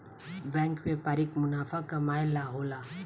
bank व्यापारिक मुनाफा कमाए ला होला